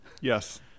Yes